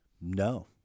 no